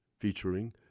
featuring